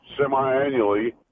semi-annually